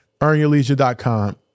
EarnYourLeisure.com